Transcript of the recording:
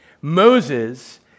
Moses